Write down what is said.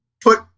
put